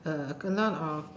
uh a lot of